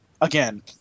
again –